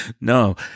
No